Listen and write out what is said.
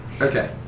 Okay